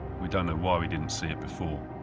we don't know why we didn't see it before.